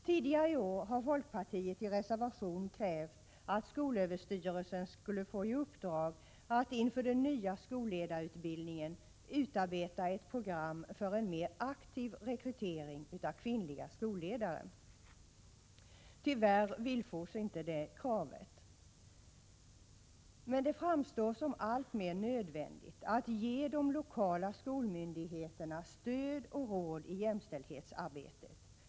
Tidigare i år krävde folkpartiet i reservation att skolöverstyrelsen skulle få i uppdrag att inför den nya skolledarutbildningen utarbeta ett program för en mer aktiv rekrytering av kvinnliga skolledare. Tyvärr villfors inte det kravet. Det framstår emellertid som alltmer nödvändigt att ge de lokala skolmyndigheterna stöd och råd i jämställdhetsarbetet.